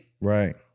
Right